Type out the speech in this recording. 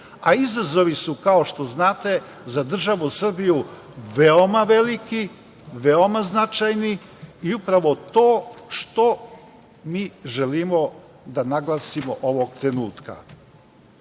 a izazovi su kao što znate za državu Srbiju veoma veliki, veoma značajni i upravo to što mi želimo da naglasimo ovog trenutka. Ovaj